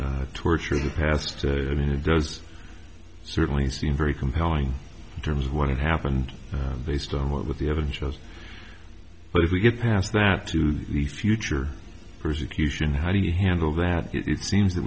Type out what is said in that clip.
past torture the past i mean it does certainly seem very compelling terms what happened based on what the evidence shows but if we get past that to the future persecution how do you handle that it seems that